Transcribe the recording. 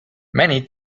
many